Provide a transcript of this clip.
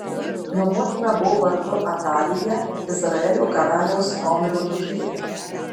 jo motina buvo vardu atalija izraelio karaliaus omrio duktė